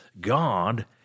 God